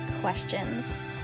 questions